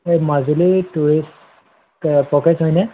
এই মাজুলীৰ tourist package হয়নে